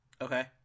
Okay